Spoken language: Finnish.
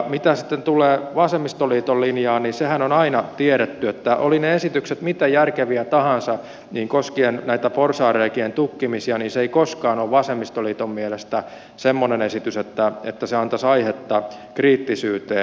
mitä sitten tulee vasemmistoliiton linjaan niin sehän on aina tiedetty että olivat ne esitykset miten järkeviä tahansa koskien näitä porsaanreikien tukkimisia niin se ei koskaan ole vasemmistoliiton mielestä semmoinen esitys että se antaisi aihetta kriittisyyteen